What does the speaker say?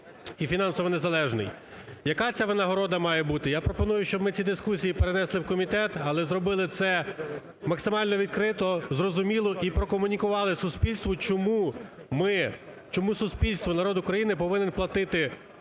Я пропоную, щоб ми ці дискусії перенесли в комітет. Але зробили це максимально відкрито, зрозуміло і прокомунікували суспільству, чому ми… чому суспільство, народ України повинен платити суддям